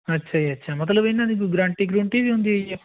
ਅੱਛਾ ਜੀ ਅੱਛਾ ਮਤਲਬ ਇਹਨਾਂ ਦੀ ਕੋਈ ਗਾਰੰਟੀ ਗਰੂੰਟੀ ਵੀ ਹੁੰਦੀ ਹੈ ਜੀ